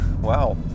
Wow